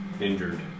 Injured